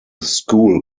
school